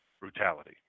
brutality